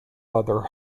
other